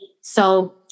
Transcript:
So-